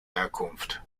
herkunft